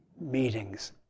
meetings